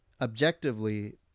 objectively